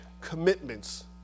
commitments